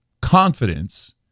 confidence